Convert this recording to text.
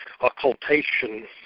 occultation